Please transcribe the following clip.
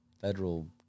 federal